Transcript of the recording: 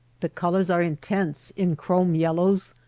the colors are intense in chrome-yellows,